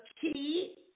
key